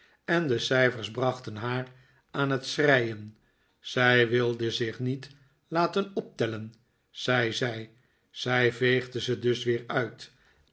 en de cijfers brachten haar aan het schreien zij wilden zich niet laten optellen zei zij zij veegde ze dus weer uit